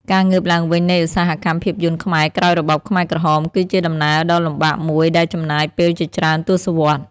ការងើបឡើងវិញនៃឧស្សាហកម្មភាពយន្តខ្មែរក្រោយរបបខ្មែរក្រហមគឺជាដំណើរដ៏លំបាកមួយដែលចំណាយពេលជាច្រើនទសវត្សរ៍។